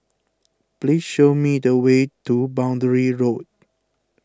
please show me the way to Boundary Road